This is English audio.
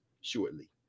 shortly